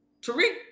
Tariq